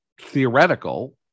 theoretical